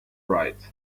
right